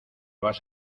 vas